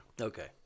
Okay